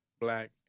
black